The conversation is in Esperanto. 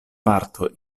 parto